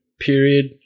period